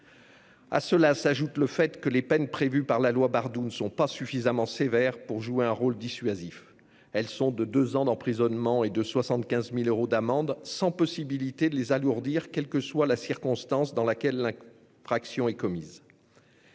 À cela s'ajoute le fait que les peines prévues par la loi Bardoux ne sont pas assez sévères pour être dissuasives. Elles sont de deux ans d'emprisonnement et de 75 000 euros d'amende. Il n'est en outre pas possible de les alourdir, quelle que soit la circonstance dans laquelle l'infraction est commise.